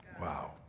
Wow